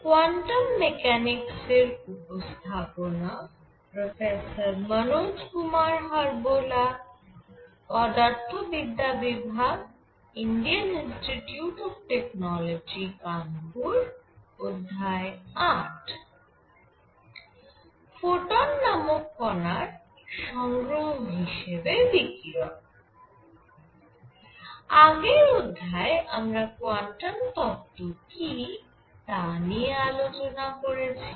আগের অধ্যায়ে আমরা কোয়ান্টাম তত্ত্ব কি তা নিয়ে আলোচনা করেছি